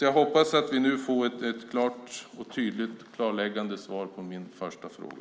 Jag hoppas att jag nu får ett tydligt och klarläggande svar på min första fråga.